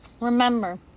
Remember